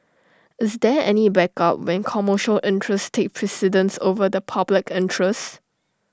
is there any backup when commercial interest precedence over the public interest